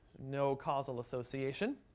no causal association.